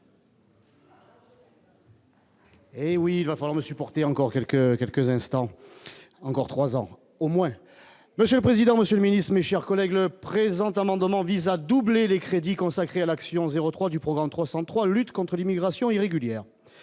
Eh oui, la forme supporter encore quelques quelques instants encore 3 ans au moins, monsieur le président, Monsieur le Ministre, mes chers collègues, le présente en ordonnant vise à doubler les crédits consacrés à l'action 03 du programme 303 lutte contre l'immigration irrégulière,